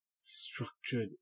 structured